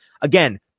Again